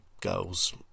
girls